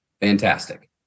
Fantastic